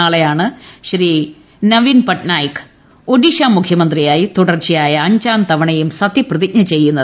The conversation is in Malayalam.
നാളെയാണ് നവീൻ പട്നായിക് ഒഡീഷ മുഖ്യമന്ത്രിയായി തുടർച്ചയായ അഞ്ചാം തവണയും സത്യപ്രതിജ്ഞ ചെയ്യുന്നത്